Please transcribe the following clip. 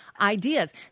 ideas